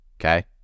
Okay